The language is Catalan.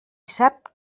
sap